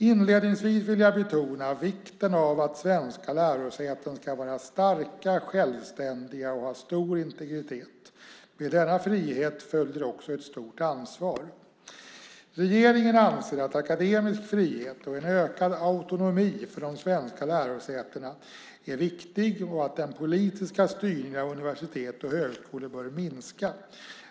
Inledningsvis vill jag betona vikten av att svenska lärosäten ska vara starka, självständiga och ha stor integritet. Med denna frihet följer också ett stort ansvar. Regeringen anser att akademisk frihet och en ökad autonomi för de svenska lärosätena är viktig och att den politiska styrningen av universitet och högskolor bör minska.